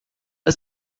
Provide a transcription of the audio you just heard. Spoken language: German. ist